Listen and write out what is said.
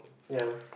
ya